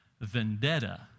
vendetta